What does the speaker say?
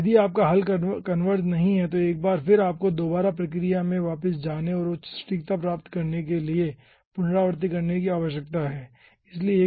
यदि आपका हल कन्वर्ज नहीं हैं तो एक बार फिर आपको दोबारा प्रक्रिया में वापस जाने और उच्च सटीकता प्राप्त करने के लिए पुनरावृत्ति करने की आवश्यकता है